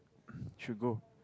should go